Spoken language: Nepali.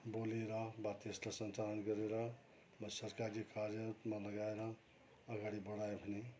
बोलेर वा त्यसलाई सञ्चालन गरेर म सरकारी कार्यमा लगाएर अगाडि बढायो भने